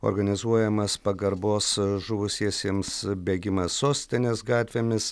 organizuojamas pagarbos žuvusiesiems bėgimas sostinės gatvėmis